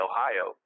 Ohio